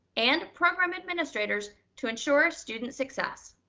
and program administrators to ensure student success.